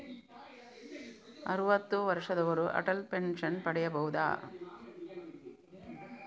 ಅರುವತ್ತು ವರ್ಷದವರು ಅಟಲ್ ಪೆನ್ಷನ್ ಪಡೆಯಬಹುದ?